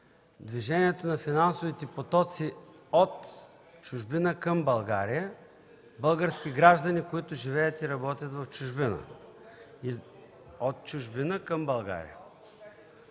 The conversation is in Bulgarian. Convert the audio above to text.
движението на финансовите потоци от чужбина към България – български граждани, които живеят и работят в чужбина. ЦЕЦКА ЦАЧЕВА